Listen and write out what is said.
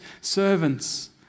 servants